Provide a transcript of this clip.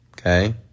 Okay